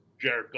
Jared